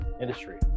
industry